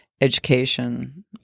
education